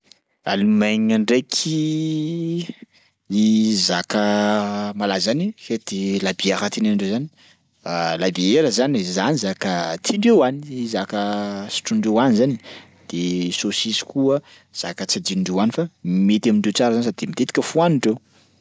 Allemagne ndraiky zaka malaza any fety la bière tenenindreo zany labiera zany e, zany zaka tiandreo any, zaka sotroindreo any zany e, de sôsisy koa zaka tsy andinondreo any fa mety amindreo tsara zany sady matetika fohanindreo.